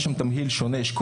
יש שם תמהיל שונה.